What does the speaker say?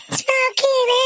smoking